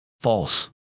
False